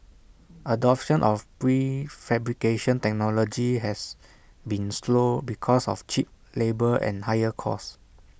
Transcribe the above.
adoption of prefabrication technology has been slow because of cheap labour and higher cost